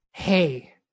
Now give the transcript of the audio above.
Hey